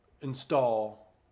install